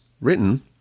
written